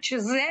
דבר